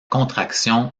contraction